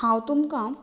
हांव तुमकां